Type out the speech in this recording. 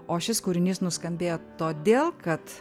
o šis kūrinys nuskambėjo todėl kad